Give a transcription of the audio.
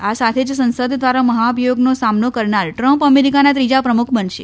આ સાથે જ સંસદ દ્વારા મહાભિયોગનો સામનો કરનાર ટ્રમ્પ અમેરિકાના ત્રીજા પ્રમુખ બનશે